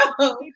No